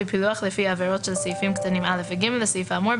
בפילוח לפי עבירות על סעיפים קטנים (א) ו-(ג) לסעיף האמור,